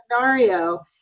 scenario